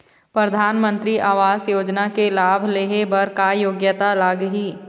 परधानमंतरी आवास योजना के लाभ ले हे बर का योग्यता लाग ही?